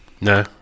No